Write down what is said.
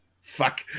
Fuck